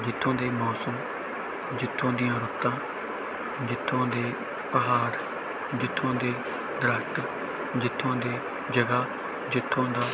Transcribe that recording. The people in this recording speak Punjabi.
ਜਿੱਥੋਂ ਦੇ ਮੌਸਮ ਜਿੱਥੋਂ ਦੀਆਂ ਰੁੱਤਾਂ ਜਿੱਥੋਂ ਦੇ ਪਹਾੜ ਜਿੱਥੋਂ ਦੇ ਦਰੱਖਤ ਜਿੱਥੋਂ ਦੇ ਜਗ੍ਹਾ ਜਿੱਥੋਂ ਦਾ